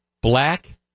black